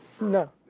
No